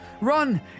run